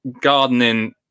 gardening